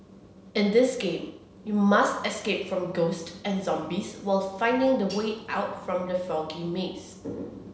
in this game you must escape from ghost and zombies while finding the way out from the foggy maze